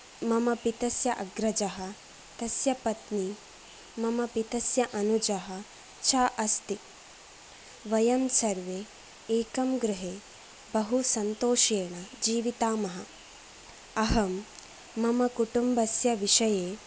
मम पितुः अग्रजः तस्य पत्नी मम पितुः अनुजः च अस्ति वयं सर्वे एकं गृहे बहु सन्तोषेण जीवामः अहं मम कुटुम्बस्य विषये